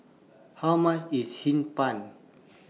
How much IS Hee Pan